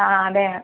ആ അതെ